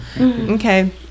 okay